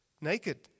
naked